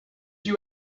you